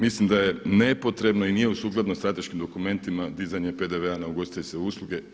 Mislim da je nepotrebno i nije sukladno strateškim dokumentima dizanje PDV-a na ugostiteljske usluge.